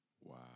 Wow